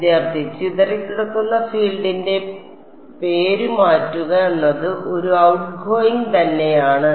വിദ്യാർത്ഥി ചിതറിക്കിടക്കുന്ന ഫീൽഡിന്റെ പേരുമാറ്റുക എന്നത് ഒരു ഔട്ട്ഗോയിംഗ് തന്നെയാണ്